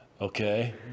okay